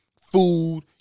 food